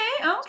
Okay